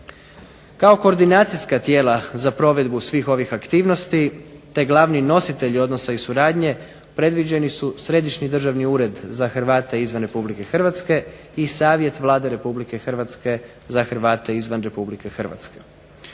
Kao koordinacijska tijela za provedbu svih ovih aktivnosti, te glavni nositelji odnosa i suradnje predviđeni su Središnji državni ured za Hrvate izvan Republike Hrvatske i Savjet Vlade Republike Hrvatske za Hrvate izvan Republike Hrvatske.